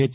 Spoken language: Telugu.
హెచ్